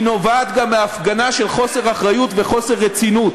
היא נובעת גם מהפגנה של חוסר אחריות וחוסר רצינות: